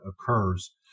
occurs